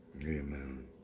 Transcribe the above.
Amen